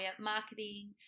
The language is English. marketing